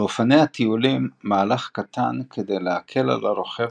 לאופני הטיולים מהלך קטן כדי להקל על הרוכב